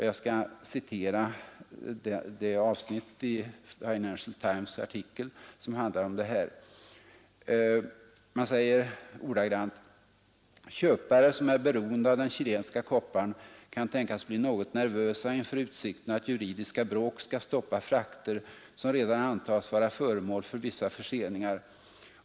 Jag skall citera det avsnittet av artikeln i Financial Times: ”Köpare som är beroende av den chilenska kopparn kan tänkas bli något nervösa inför utsikten att juridiska bråk skall stoppa frakter, som redan antas vara föremål för vissa förseningar.